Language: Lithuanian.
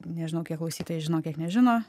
nežinau kiek klausytojai žino kiek nežino